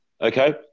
Okay